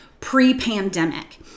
pre-pandemic